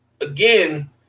again